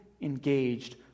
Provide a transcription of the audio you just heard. engaged